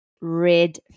red